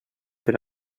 per